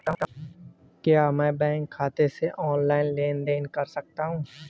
क्या मैं बैंक खाते से ऑनलाइन लेनदेन कर सकता हूं?